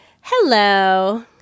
Hello